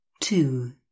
two